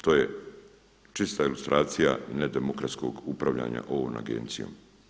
To je čista ilustracija nedemokratskog upravljanja ovom agencijom.